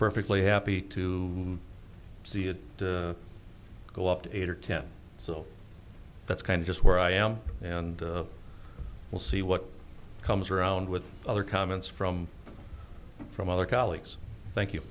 perfectly happy to see it go up to eight or ten so that's kind just where i am and we'll see what comes around with other comments from from other colleagues thank you